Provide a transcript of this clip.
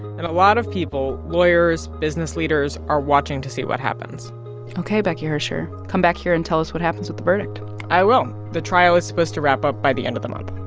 and a lot of people lawyers, business leaders are watching to see what happens ok, becky hersher. come back here and tell us what happens with the verdict i will. the trial is supposed to wrap up by the end of the month